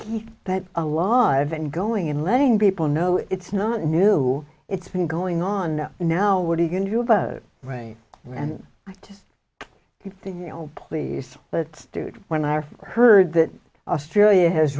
keep that alive and going in letting people know it's not new it's been going on now what are you going to vote right and i just keep thinking oh please but when i heard that australia has